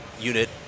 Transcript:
unit